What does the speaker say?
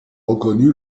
reconnu